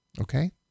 Okay